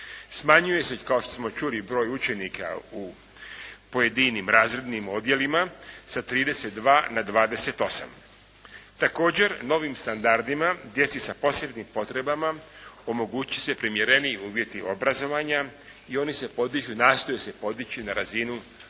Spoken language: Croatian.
Smanjuje se, kao što smo čuli i broj učenika u pojedinim razrednim odjelima sa 32 na 28. Također, novim standardima, djeci sa posebnim potrebama omogućuju se primjereniji uvjeti obrazovanja i oni se podižu, nastoje se podići na razinu uvjeta